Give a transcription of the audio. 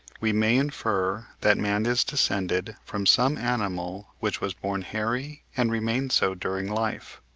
we may infer that man is descended from some animal which was born hairy and remained so during life.